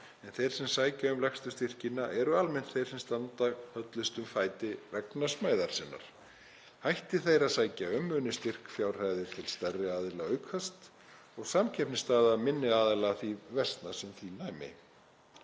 en þeir sem sækja um lægstu styrkina eru almennt þeir sem standa höllustum fæti vegna smæðar sinnar. Hætti þeir að sækja um muni styrkfjárhæðir til stærri aðila aukast og samkeppnisstaða minni aðila því versna sem því næmi.